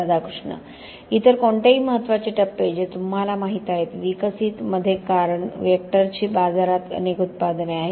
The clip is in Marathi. राधाकृष्ण इतर कोणतेही महत्त्वाचे टप्पे जे तुम्हाला माहीत आहेत विकसित मध्ये कारण वेक्टरची बाजारात अनेक उत्पादने आहेत